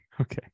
okay